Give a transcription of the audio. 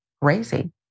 crazy